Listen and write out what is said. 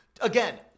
again